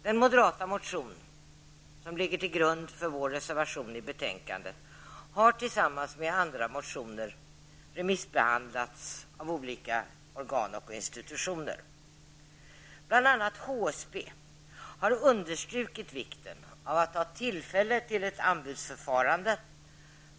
Den moderata motion som ligger till grund för vår reservation i betänkandet har tillsammans med andra motioner remissbehandlats av olika organ och institutioner. Bl.a. HSB har understrukit vikten av att ha tillfälle till ett anbudsförfarande.